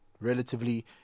relatively